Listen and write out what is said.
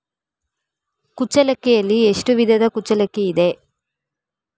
ಕುಚ್ಚಲಕ್ಕಿಯಲ್ಲಿ ಎಷ್ಟು ವಿಧದ ಕುಚ್ಚಲಕ್ಕಿ ಇದೆ?